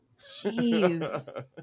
Jeez